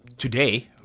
Today